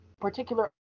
particular